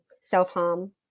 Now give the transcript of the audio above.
self-harm